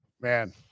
man